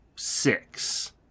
Six